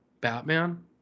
Batman